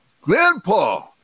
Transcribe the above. grandpa